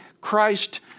Christ